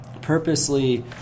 purposely